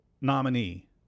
nominee